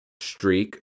streak